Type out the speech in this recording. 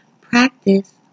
Practice